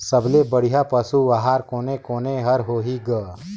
सबले बढ़िया पशु आहार कोने कोने हर होही ग?